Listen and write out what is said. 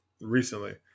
recently